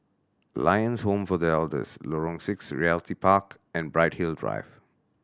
Lions Home for The Elders Lorong Six Realty Park and Bright Hill Drive